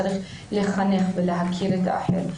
צריך לחנך ולהכיר את האחר.